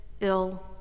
ill